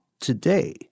today